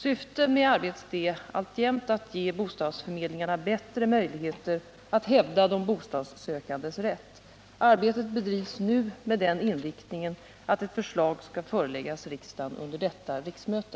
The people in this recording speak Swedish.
Syftet med detta arbete är alltjämt att ge bostadsförmedlingarna bättre möjligheter att hävda de bostadssökandes rätt. Arbetet bedrivs nu med den inriktningen att ett förslag skall föreläggas riksdagen under detta riksmöte.